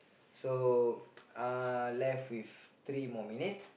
so uh left with three more minute